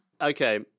Okay